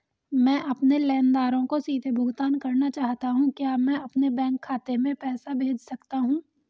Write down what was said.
मैं अपने लेनदारों को सीधे भुगतान करना चाहता हूँ क्या मैं अपने बैंक खाते में पैसा भेज सकता हूँ?